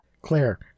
Claire